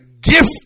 gift